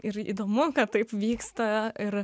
ir įdomu kad taip vyksta ir